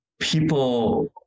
People